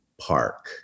park